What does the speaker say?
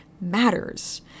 matters